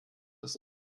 ist